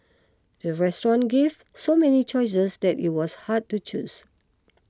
the restaurant gave so many choices that it was hard to choose